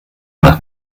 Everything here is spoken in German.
nach